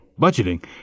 budgeting